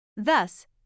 Thus